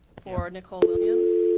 for nicole williams.